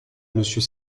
monsieur